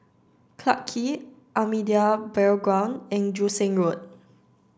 Clarke Quay Ahmadiyya Burial Ground and Joo Seng Road